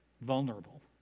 Vulnerable